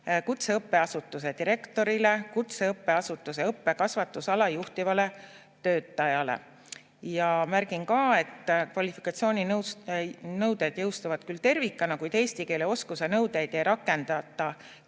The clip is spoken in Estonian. kutseõppeasutuse direktorile, kutseõppeasutuse õppekasvatusala juhtivale töötajale. Märgin ka, et kvalifikatsiooninõuded jõustuvad küll tervikuna, kuid eesti keele oskuse nõudeid ei rakendata